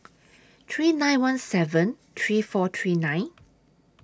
three nine one seven three four three nine